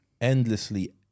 endlessly